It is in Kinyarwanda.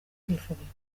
kwifubika